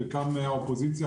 חלקם מהאופוזיציה,